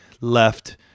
left